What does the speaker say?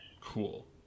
Cool